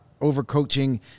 overcoaching